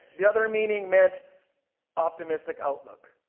the other meaning meant optimistic outlook.